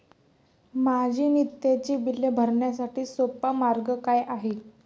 माझी नित्याची बिले भरण्यासाठी सोपा मार्ग काय आहे?